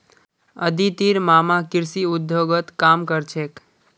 अदितिर मामा कृषि उद्योगत काम कर छेक